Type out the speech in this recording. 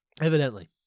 evidently